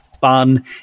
fun